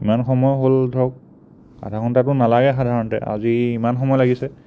ইমান সময় হ'ল ধৰক আধা ঘণ্টাতো নালাগে সাধাৰণতে আজি ইমান সময় লাগিছে